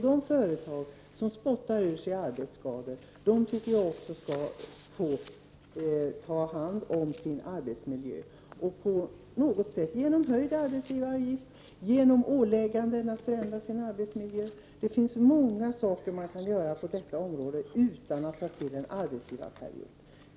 De företag som spottar ur sig arbetsskador skall också få ta hand om sin arbetsmiljö, t.ex. genom höjd arbetsgivaravgift och ålägganden att förändra ar betsmiljön. Det finns många saker att göra på detta område utan att ta till en arbetsgivarperiod.